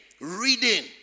reading